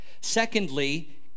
Secondly